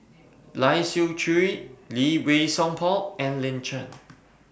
Lai Siu Chiu Lee Wei Song Paul and Lin Chen